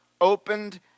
opened